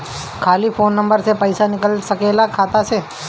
खाली phone number से पईसा निकल सकेला खाता से?